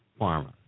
pharma